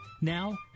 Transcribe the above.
Now